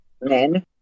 Men